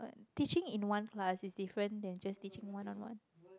teaching in one class is different than just teaching one on one